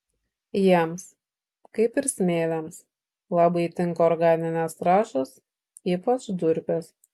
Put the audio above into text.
jiems kaip ir smėliams labai tinka organinės trąšos ypač durpės